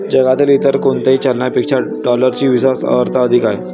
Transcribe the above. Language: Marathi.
जगातील इतर कोणत्याही चलनापेक्षा डॉलरची विश्वास अर्हता अधिक आहे